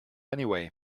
anyway